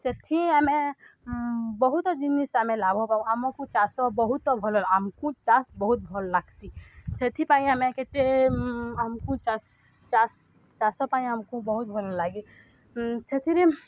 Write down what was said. ସେଥି ଆମେ ବହୁତ ଜିନିଷ ଆମେ ଲାଭ ପାଉ ଆମକୁ ଚାଷ ବହୁତ ଭଲ ଆମକୁ ଚାଷ ବହୁତ ଭଲ୍ ଲାଗ୍ସି ସେଥିପାଇଁ ଆମେ କେତେ ଆମକୁ ଚାଷ ପାଇଁ ଆମକୁ ବହୁତ ଭଲଲାଗେ ସେଥିରେ